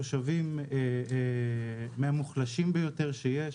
תושבים מהמוחלשים ביותר שיש,